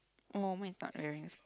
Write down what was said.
oh mine is not wearing